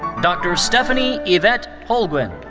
dr. stefany yvette holguin.